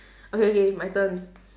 okay okay my turn